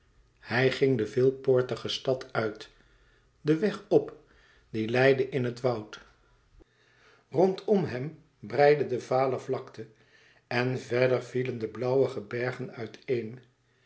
hij ging de veelpoortige stad uit den weg op die leidde in het woud rondom hem breidde de vale vlakte en vérder vielen de blauwige bergen uit een